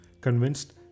Convinced